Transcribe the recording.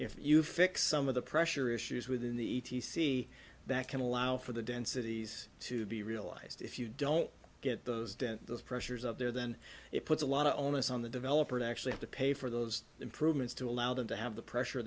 if you fix some of the pressure issues within the e t c that can allow for the densities to be realized if you don't get those dent those pressures of there then it puts a lot of onus on the developer to actually have to pay for those improvements to allow them to have the pressure